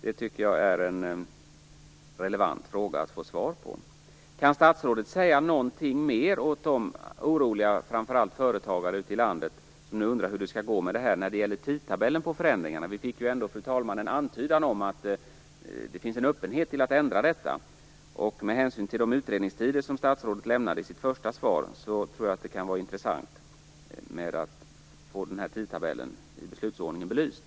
Det tycker jag är en relevant fråga att få svar på. Kan statsrådet säga någonting mer till de oroliga människor, framför allt företagare, ute i landet som undrar hur det skall gå med tidtabellen för förändringarna? Vi fick, fru talman, en antydan om att det finns en öppenhet till att ändra detta. Med hänsyn till de utredningstider som statsrådet lämnade i sitt första svar tror jag det kan vara intressant att få tidtabellen för beslutsordningen belyst.